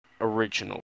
original